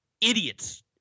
idiots